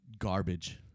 garbage